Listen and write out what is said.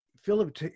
philip